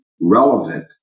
relevant